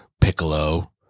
Piccolo